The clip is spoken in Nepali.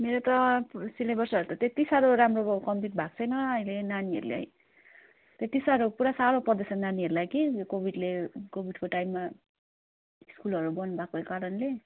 मेरो त सिलेबसहरू त त्यति साह्रो राम्रो अब कम्प्लिट भएको छैन अहिले नानीहरूले त्यति साह्रो पुरा साह्रो पर्दैछ नानीहरूलाई कि यो कोविडले कोविडको टाइममा स्कुलहरू बन्द भएको कारणले